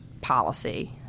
policy